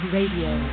Radio